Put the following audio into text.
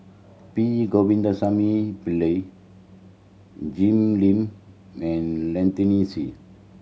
P Govindasamy Pillai Jim Lim and Lynnette Sea